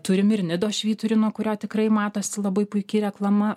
turim ir nidos švyturį nuo kurio tikrai matosi labai puiki reklama